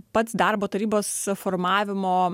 pats darbo tarybos formavimo